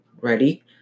ready